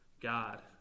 God